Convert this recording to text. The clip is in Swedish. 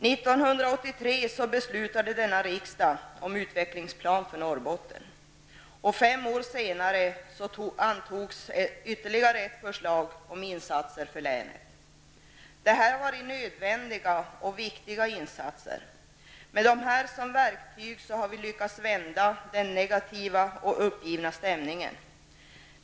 1983 beslutade denna riksdag om en utvecklingsplan för Norrbotten, och fem år senare antogs ett förslag om ytterligare insatser för länet. Detta har varit nödvändiga och viktiga insatser. Med dessa som verktyg har vi lyckats vända den negativa och uppgivna stämningen.